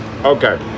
Okay